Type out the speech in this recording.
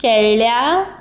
केल्ल्या